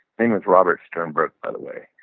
name is robert sternberg, by the way.